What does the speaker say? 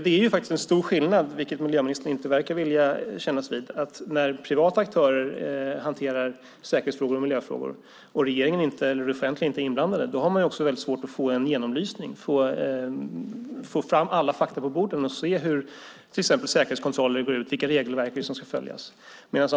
Det finns en stor skillnad, något som miljöministern inte verkar vilja kännas vid. När privata aktörer hanterar säkerhetsfrågor och miljöfrågor och regeringen och det offentliga inte är inblandade är det väldigt svårt att få en genomlysning, att få fram alla fakta på bordet och att se till exempel hur säkerhetskontroller går till och vilka regelverk som ska följas.